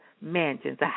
mansions